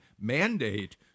mandate